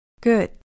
Good